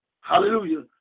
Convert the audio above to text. hallelujah